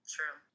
True